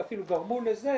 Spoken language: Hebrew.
ואפילו גרמו לזה